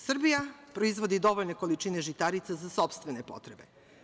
Srbija proizvodi dovoljne količine žitarica za sopstvene potrebe.